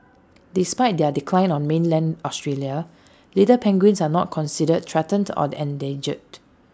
despite their decline on mainland Australia little penguins are not considered threatened or endangered